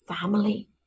family